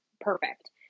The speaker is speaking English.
perfect